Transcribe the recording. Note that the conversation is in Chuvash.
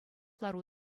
лару